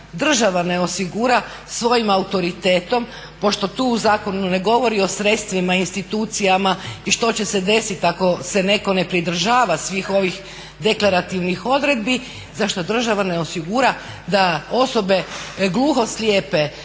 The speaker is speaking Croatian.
onda ne osigura svojim autoritetom, pošto tu u zakonu ne govori o sredstvima, institucijama i što će se desiti ako se netko ne pridržava svih ovih deklarativnih odredbi, zašto država ne osigura da osobe gluhoslijepe,